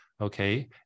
okay